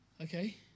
okay